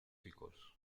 hijos